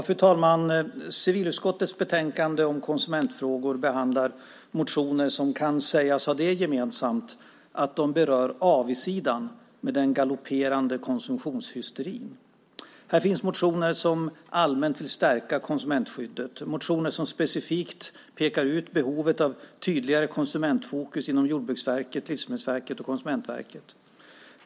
Fru talman! Civilutskottets betänkande om konsumentfrågor behandlar motioner som kan sägas ha det gemensamt att de berör avigsidan av den galopperande konsumtionshysterin. Här finns motioner som allmänt vill stärka konsumentskyddet, motioner som specifikt pekar ut behovet av tydligare konsumentfokus inom Jordbruksverket, Livsmedelsverket och Konsumentverket.